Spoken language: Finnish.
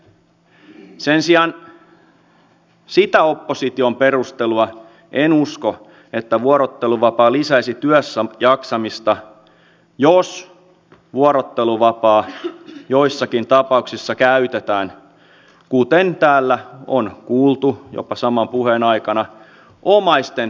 sen sijaan sitä opposition perustelua en usko että vuorotteluvapaa lisäisi työssäjaksamista jos vuorotteluvapaa joissakin tapauksissa käytetään kuten täällä on kuultu jopa saman puheen aikana omaisten hoitamiseen